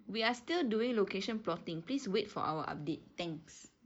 we are still doing location plotting please wait for our update thanks